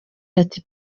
ati